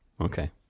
Okay